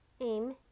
aim